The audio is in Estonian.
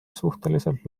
suhteliselt